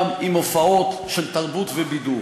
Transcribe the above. הוא יקיים שם אולם עם הופעות של תרבות ובידור.